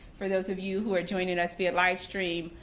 for those of you who are joining us via live stream,